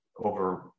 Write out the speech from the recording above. over